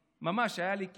ממש היה לי כיף,